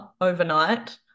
overnight